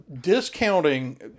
discounting